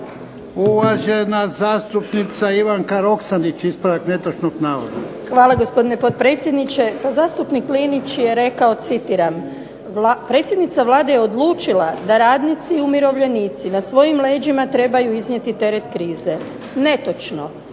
Uvažena zastupnica Ivanka Roksandić, ispravak netočnog navoda. **Roksandić, Ivanka (HDZ)** Hvala gospodine potpredsjedniče. Pa zastupnik Linić je rekao, citiram: "Predsjednica Vlade je odlučila da radnici i umirovljenici na svojim leđima trebaju iznijeti teret krize." Netočno.